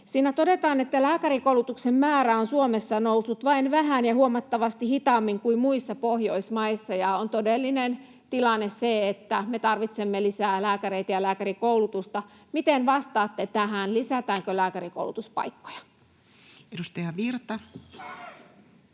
Siinä todetaan, että lääkärikoulutuksen määrä on Suomessa noussut vain vähän ja huomattavasti hitaammin kuin muissa Pohjoismaissa ja on todellinen tilanne se, että me tarvitsemme lisää lääkäreitä ja lääkärikoulutusta. Miten vastaatte tähän: lisätäänkö lääkärikoulutuspaikkoja? [Speech 110]